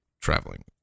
traveling